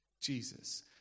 Jesus